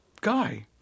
guy